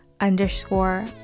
underscore